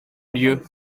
lieu